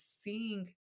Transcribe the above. seeing